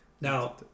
Now